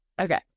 Okay